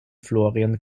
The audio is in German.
florian